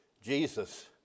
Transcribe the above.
Jesus